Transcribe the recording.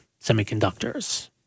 semiconductors